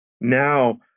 Now